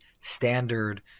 standard